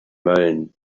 mölln